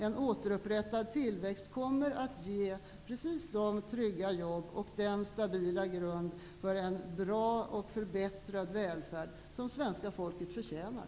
En återupprättad tillväxt kommer att ge precis de trygga jobb och den stabila grund som behövs för en bra och förbättrad välfärd, som svenska folket förtjänar.